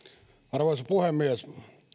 arvoisa puhemies